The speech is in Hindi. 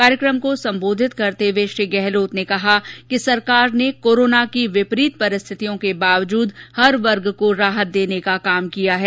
कार्यक्रम को संबोधित करते हये श्री गइलोत ने कहा कि सरकार ने कोरोना की विपरीत परिस्थितियों के बावजूद भी हर वर्ग को राहत देने का काम किया है